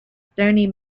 stony